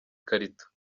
ikarito